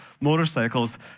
motorcycles